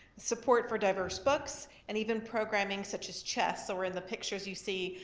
support for diverse books, and even programming such as chess or in the pictures you see,